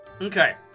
Okay